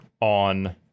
on